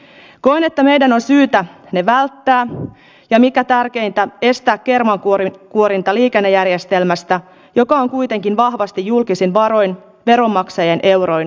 koen että meidän on syytä ne välttää ja mikä tärkeintä estää kermankuorinta liikennejärjestelmästä joka on kuitenkin vahvasti julkisin varoin veronmaksajien euroin subventoitu